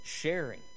sharing